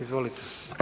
Izvolite.